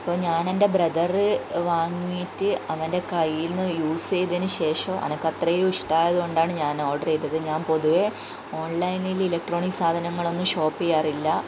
അപ്പോൾ ഞാനെന്റെ ബ്രെതറ് വാങ്ങിയിട്ട് അവൻ്റെ കൈയിൽന്ന് യൂസ് ചെയ്തതിന് ശേഷം എനിക്കത്രേയും ഇഷ്ടമായത് കൊണ്ടാണ് ഞാൻ ഓർഡറ് ചെയ്തത് ഞാൻ പൊതുവേ ഓൺലൈൻൽ ഇലക്ട്രോണിക്സ് സാധനങ്ങളൊന്നും ഷോപ്പ് ചെയ്യാറില്ല